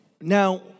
Now